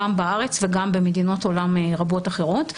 גם בארץ וגם במדינות עולם רבות אחרות,